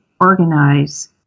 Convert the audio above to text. organize